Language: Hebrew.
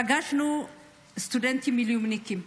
פגשנו סטודנטים מילואימניקים,